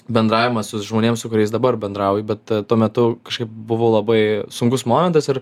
bendravimas su žmonėm su kuriais dabar bendrauju bet tuo metu kažkaip buvo labai sunkus momentas ir